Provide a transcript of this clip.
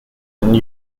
and